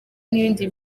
n’ibindi